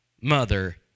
mother